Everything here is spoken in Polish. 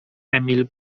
emil